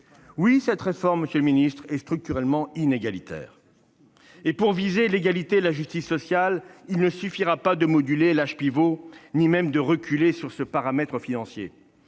cette réforme est structurellement inégalitaire. Et pour viser l'égalité et la justice sociale, il ne suffira pas de moduler l'âge pivot ni même de reculer sur ce paramètre financier.